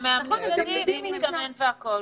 המאמנים יודעים מי מתאמן ויודעים הכול.